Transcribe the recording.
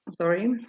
sorry